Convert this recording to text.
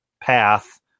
path